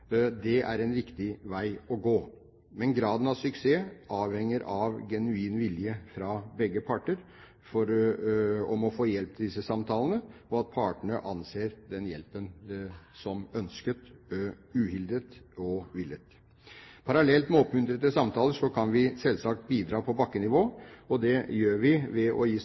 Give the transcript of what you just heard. Det er en viktig vei å gå. Men graden av suksess avhenger av genuin vilje fra begge parter om å få hjelp til disse samtalene og av at partene anser den hjelpen som ønsket, uhildet og villet. Parallelt med å oppmuntre til samtaler kan vi selvsagt bidra på bakkenivå. Det gjør vi ved å gi